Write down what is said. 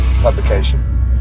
publication